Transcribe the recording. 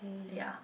ya